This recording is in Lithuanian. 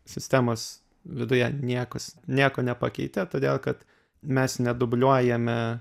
sistemos viduje niekus nieko nepakeitė todėl kad mes nedubliuojame